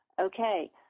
Okay